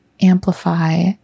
amplify